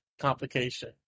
complication